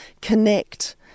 connect